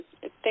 Thank